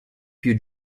più